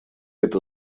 это